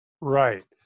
Right